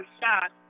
shot